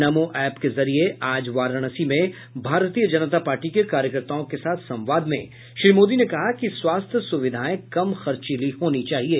नमो app के जरिए आज वाराणसी में भारतीय जनता पार्टी के कार्यकर्ताओं के साथ संवाद में श्री मोदी ने कहा कि स्वास्थ्य सुविधाएं कम खर्चीली होनी चाहिएं